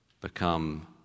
become